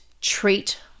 treat